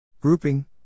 Grouping